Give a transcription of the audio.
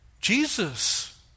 Jesus